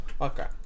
Okay